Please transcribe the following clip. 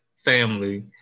family